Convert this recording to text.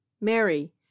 Mary